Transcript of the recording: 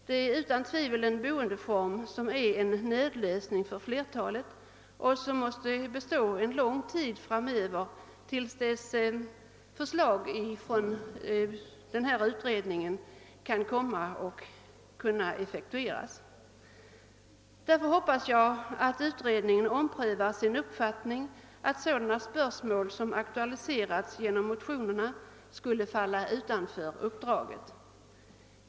Det är utan tvivel en boendeform som innebär en nödlösning för flertalet ock som måste bestå en lång tid framöver tills förslag från den utredning som här nämnts kan framläggas och realiseras. Jag hoppas därför att utredningen omprövar sin uppfattning, att sådana spörsmål som aktualiserats genom motionerna skulle falla utanför uppdraget.